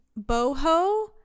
boho